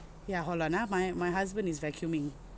ya hold on ah my my husband is vacuuming